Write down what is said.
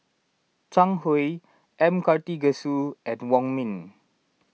Zhang Hui M Karthigesu and Wong Ming